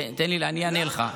אני אענה לך.